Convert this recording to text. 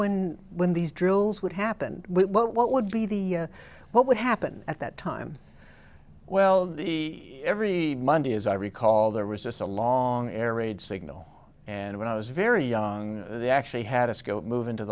when when these drills would happen what would be the what would happen at that time well the every monday as i recall there was just a long air raid signal and when i was very young they actually had a scope move into